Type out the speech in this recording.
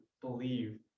believe